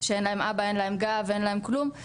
שאין להן אבא, אין להן גב, אין להן כלום?